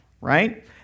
right